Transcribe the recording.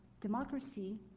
democracy